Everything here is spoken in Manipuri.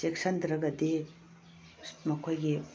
ꯆꯦꯛꯁꯟꯗ꯭ꯔꯒꯗꯤ ꯃꯈꯣꯏꯒꯤ